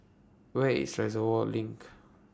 Where IS Reservoir LINK